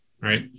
right